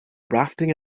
rafting